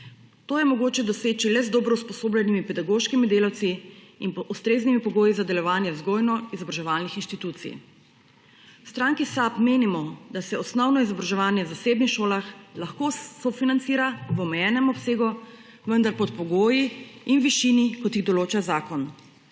To je mogoče doseči le z dobro usposobljenimi pedagoškimi delavci in pod ustreznimi pogoji za delovanje vzgojno-izobraževalnih inštitucij. V stranki SAB menimo, da se osnovno izobraževanje v zasebnih šolah lahko sofinancira v omejenem obsegu, vendar pod pogoji in v višini, kot jih določa zakon.